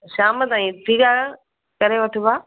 शाम ताईं ठीकु आहे करे वठिबा